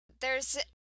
There's-